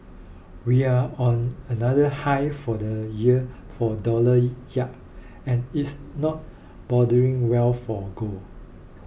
we're on another high for the year for dollar yields and it's not boding well for gold